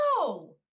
no